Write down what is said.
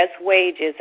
wages